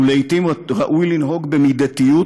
ולעתים ראוי לנהוג במידתיות,